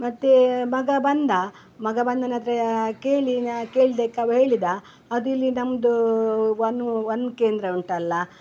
ಮತ್ತು ಮಗ ಬಂದ ಮಗ ಬಂದ ನಂತ್ರ ಕೇಳಿ ನ ಕೇಳ್ದಕ್ಕೆ ಅವ ಹೇಳಿದ ಅದು ಇಲ್ಲಿ ನಮ್ಮದು ಒನ್ ಒನ್ ಕೇಂದ್ರ ಉಂಟಲ್ಲ